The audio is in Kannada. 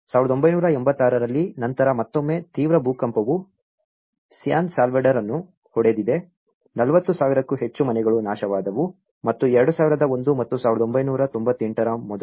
1986 ರಲ್ಲಿ ನಂತರ ಮತ್ತೊಮ್ಮೆ ತೀವ್ರ ಭೂಕಂಪವು ಸ್ಯಾನ್ ಸಾಲ್ವಡಾರ್ ಅನ್ನು ಹೊಡೆದಿದೆ 40 ಸಾವಿರಕ್ಕೂ ಹೆಚ್ಚು ಮನೆಗಳು ನಾಶವಾದವು ಮತ್ತು 2001 ಮತ್ತು 1998 ರ ಮೊದಲು